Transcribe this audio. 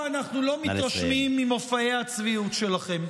אנחנו לא מתרשמים ממופעי הצביעות שלכם.